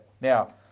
Now